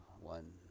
one